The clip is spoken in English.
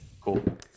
cool